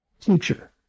teacher